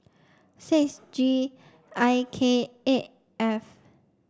six G I K eight F